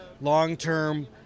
long-term